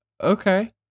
okay